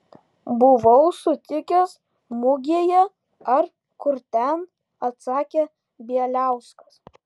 buvau sutikęs mugėje ar kur ten atsakė bieliauskas